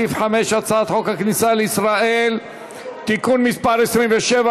סעיף 5: הצעת חוק הכניסה לישראל (תיקון מס' 27)